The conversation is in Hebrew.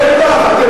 בטח,